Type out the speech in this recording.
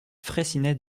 fraissinet